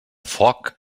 foc